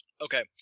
Okay